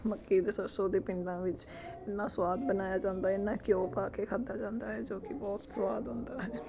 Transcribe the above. ਮੱਕੀ ਅਤੇ ਸਰਸੋਂ ਦੇ ਪਿੰਡਾਂ ਵਿੱਚ ਇੰਨਾ ਸਵਾਦ ਬਣਾਇਆ ਜਾਂਦਾ ਇੰਨਾ ਘਿਓ ਪਾ ਕੇ ਖਾਧਾ ਜਾਂਦਾ ਹੈ ਜੋ ਕਿ ਬਹੁਤ ਸਵਾਦ ਹੁੰਦਾ ਹੈ